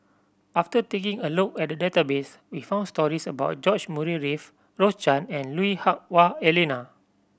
after taking a look at the database we found stories about George Murray Reith Rose Chan and Lui Hah Wah Elena